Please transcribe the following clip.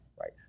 right